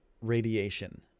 radiation